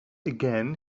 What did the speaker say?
again